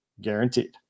guaranteed